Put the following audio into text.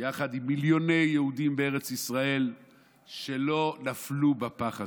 יחד עם מיליוני יהודים בארץ ישראל שלא נפלו בפח הזה.